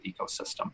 ecosystem